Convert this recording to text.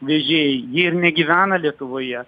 vežėjai jie ir negyvena lietuvoje